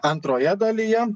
antroje dalyje